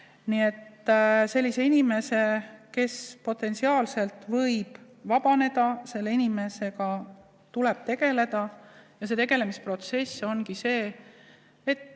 Nii et sellise inimesega, kes potentsiaalselt võib vabaneda, tuleb tegeleda ja tegelemisprotsess ongi see, et